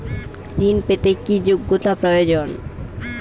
ঋণ পেতে কি যোগ্যতা প্রয়োজন?